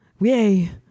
Yay